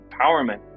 empowerment